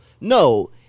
No